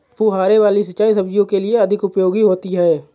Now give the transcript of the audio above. फुहारे वाली सिंचाई सब्जियों के लिए अधिक उपयोगी होती है?